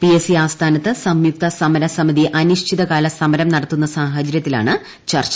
P S C ആസ്ഥാനത്ത് സംയുക്ത സമരസമിതി അനിശ്ചിതകാല സമരം നടത്തുന്ന സാഹചര്യത്തിലാണ് ചർച്ച